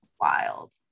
wild